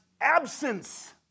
absence